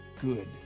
good